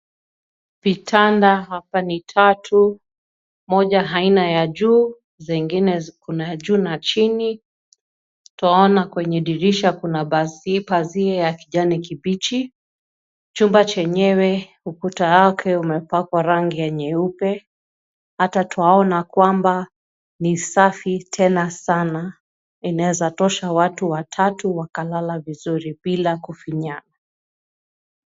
Vitanda hapa ni tatu moja aina ya juu, zingine kuna juu na chini. Twaona kwenye dirisha kuna pazia ya kijani kibichi. Chumba chenyewe ukuta wake umepakwa rangi ya nyeupe. Ata twaona kwamba ni safi tena sana, inaweza tosha watu watatu wakalala vizuri bila kufinyana.